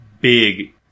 big